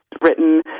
written